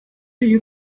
you